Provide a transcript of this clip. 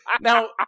Now